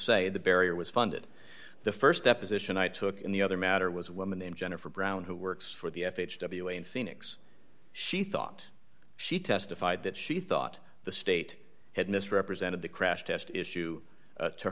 say the barrier was funded the st deposition i took in the other matter was a woman named jennifer brown who works for the f h w a in phoenix she thought she testified that she thought the state had misrepresented the crash test issue to